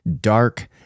dark